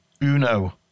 Uno